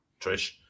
trish